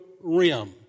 rim